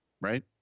right